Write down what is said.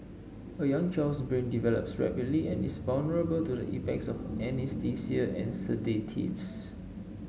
a young child's brain develops rapidly and is vulnerable to the effects of anaesthesia and sedatives